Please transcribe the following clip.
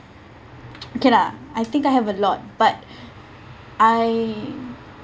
okay lah I think I have a lot but I